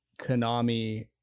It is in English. konami